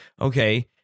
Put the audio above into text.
okay